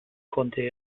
konnte